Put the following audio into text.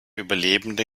überlebende